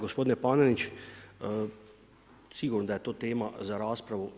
Gospodine Panenić, sigurno da je to tema za raspravu.